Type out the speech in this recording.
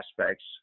aspects